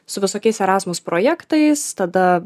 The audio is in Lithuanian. su visokiais erasmus projektais tada